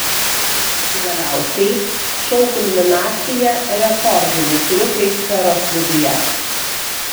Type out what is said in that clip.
galiausiai šou kulminacija rekordiniai triukai sferos viduje